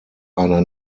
einer